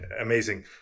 Amazing